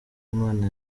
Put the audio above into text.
imana